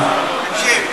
תקשיב,